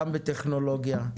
גם בטכנולוגיה,